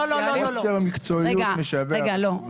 רגע, לא.